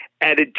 added